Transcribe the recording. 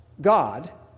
God